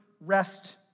rest